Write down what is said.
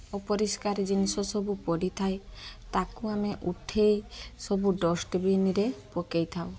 ଅପରିଷ୍କାର ଜିନିଷ ସବୁ ପଡ଼ିଥାଏ ତାକୁ ଆମେ ଉଠାଇ ସବୁ ଡଷ୍ଟବିନ୍ରେ ପକେଇଥାଉ